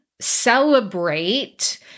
celebrate